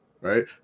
Right